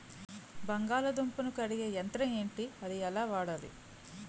బంగాళదుంప ను కడిగే యంత్రం ఏంటి? ఎలా వాడాలి?